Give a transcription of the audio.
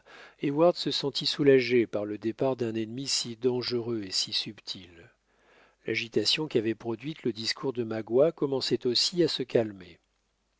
heyward se sentit soulagé par le départ d'un ennemi si dangereux et si subtil l'agitation qu'avait produite le discours de magua commençait aussi à se calmer